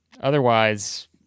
otherwise